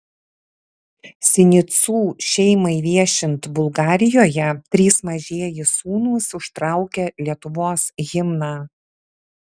sinicų šeimai viešint bulgarijoje trys mažieji sūnūs užtraukė lietuvos himną